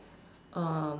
um